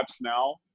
now